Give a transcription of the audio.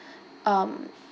um